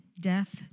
death